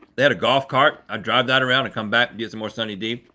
they had a gold cart, i'd drive that around and come back, get some more sunny d.